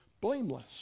blameless